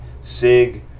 SIG